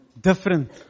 different